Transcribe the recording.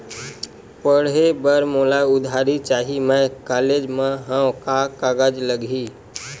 पढ़े बर मोला उधारी चाही मैं कॉलेज मा हव, का कागज लगही?